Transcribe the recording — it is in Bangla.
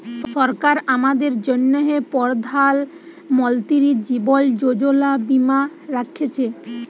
সরকার আমাদের জ্যনহে পরধাল মলতিরি জীবল যোজলা বীমা রাখ্যেছে